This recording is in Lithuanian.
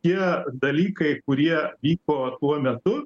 tie dalykai kurie vyko tuo metu